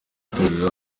itorero